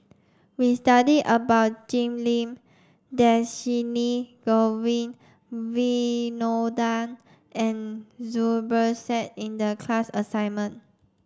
we studied about Jim Lim Dhershini Govin Winodan and Zubir Said in the class assignment